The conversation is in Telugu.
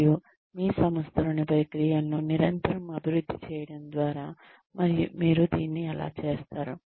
మరియు మీ సంస్థలోని ప్రక్రియలను నిరంతరం అభివృద్ధి చేయడం ద్వారా మీరు దీన్ని ఎలా చేస్తారు